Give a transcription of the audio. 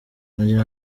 nagira